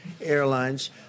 airlines